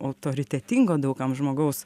autoritetingo daug kam žmogaus